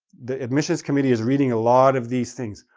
the admissions committee is reading a lot of these things.